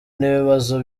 n’ibibazo